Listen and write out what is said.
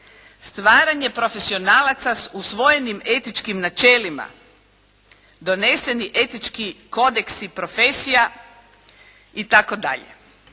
stvaranje profesionalaca usvojenim etičkim načelima, doneseni etički kodeksi profesija itd.